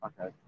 Okay